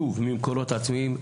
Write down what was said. שוב ממקורות עצמאיים,